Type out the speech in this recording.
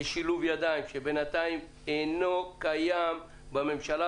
ושילוב ידיים שבינתיים אינו קיים בממשלה,